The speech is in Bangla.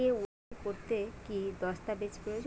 কে.ওয়াই.সি করতে কি দস্তাবেজ প্রয়োজন?